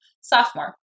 Sophomore